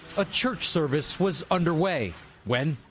a church service was underway when